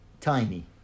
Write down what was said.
tiny